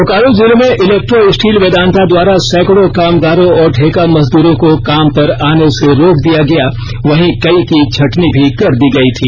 बोकारो जिले में Electro Steel Vedanta द्वारा सैकड़ों कामगारों और ठेका मजदूरों को काम पर आने से रोक दिया गया वहीं कई की छटनी भी कर दी गई थी